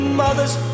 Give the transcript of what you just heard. mother's